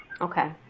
Okay